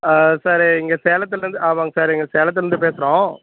ஆ sir இங்கே சேலத்துலேருந்து ஆமாங்க சார் இங்கே சேலத்துலேருந்து பேசுகிறோம்